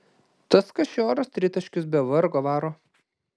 tas kašioras tritaškius be vargo varo